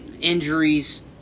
injuries